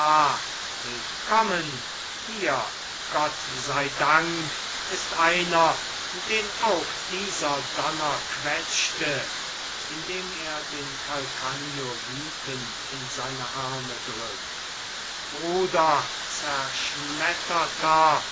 willkommen hier gott sei dank ist einer den auch dieser donner quetschte indem er den calcagno wütend in seine arme drückt bruder zerschmetterter